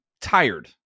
tired